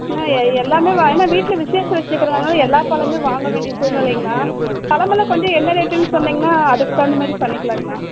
அண்ணா எல்லாமே ஏன்னா வீட்டில் விசேஷம் வச்சிருக்குறதுனால எல்லா பழமும் வாங்க வேண்டிய சூழ்நிலைங்கண்ணா பழமெல்லாம் கொஞ்சம் என்ன ரேட்டுன்னு சொன்னிங்கன்னா அதுக்கு தகுந்தமாதிரி பண்ணிக்கலாங்கண்ணா